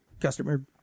customer